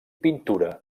pintura